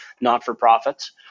not-for-profits